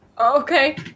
Okay